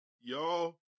y'all